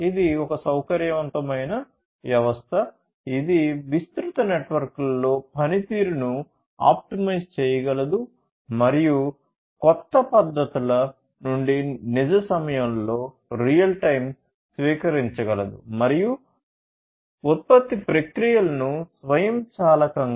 ఇది ఒక సౌకర్యవంతమైన వ్యవస్థ ఇది విస్తృత నెట్వర్క్లో పనితీరును ఆప్టిమైజ్ చేయగలదు మరియు కొత్త పరిస్థితుల అమలు చేస్తుంది "